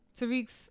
Tariq's